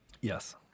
yes